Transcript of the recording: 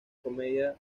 comedia